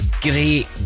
great